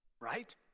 right